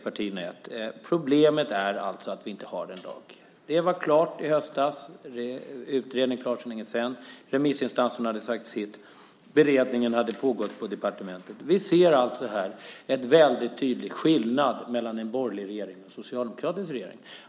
Problemet är alltså att vi inte har en lag. Men allt var klart i höstas. Utredningen var klar för länge sedan. Remissinstanserna hade sagt sitt. Beredningen hade pågått på departementet. Vi ser en tydlig skillnad mellan en borgerlig regering och en socialdemokratisk regering.